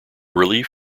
relief